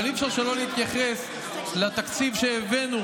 אבל אי-אפשר שלא להתייחס לתקציב שהבאנו